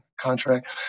contract